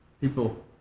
people